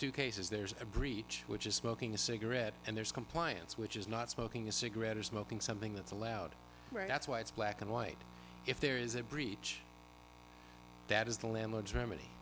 cases there's a breach which is smoking a cigarette and there's compliance which is not smoking a cigarette or smoking something that's allowed right that's why it's black and white if there is a breach that is the landlord's remedy